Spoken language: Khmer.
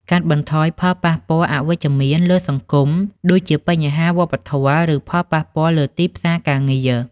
កាត់បន្ថយផលប៉ះពាល់អវិជ្ជមានលើសង្គម ដូចជាបញ្ហាវប្បធម៌ ឬផលប៉ះពាល់លើទីផ្សារការងារ។